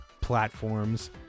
Platforms